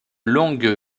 longues